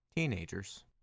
Teenagers